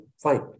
fine